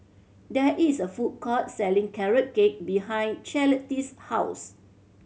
there is a food court selling Carrot Cake behind Charlottie's house